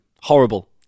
Horrible